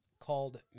called